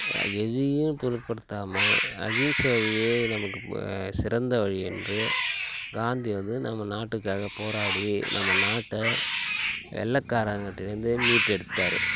எதையும் பொருட்படுத்தாமல் அகிம்சை வழியே நமக்கு சிறந்த வழியென்று காந்தி வந்து நம்ம நாட்டுக்காக போராடி நம்ம நாட்டை வெள்ளக்காரன் கிட்டேருந்து மீட்டெடுத்தார்